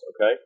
Okay